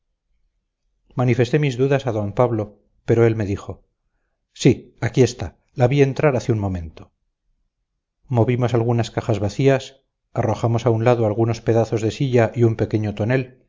manifesté mis dudas a d pablo pero él me dijo sí aquí está la vi entrar hace un momento movimos algunas cajas vacías arrojamos a un lado algunos pedazos de silla y un pequeño tonel